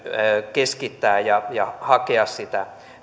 keskittää ja ja hakea sitä